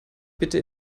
bitte